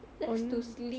just to sleep